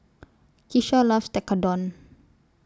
Kisha loves Tekkadon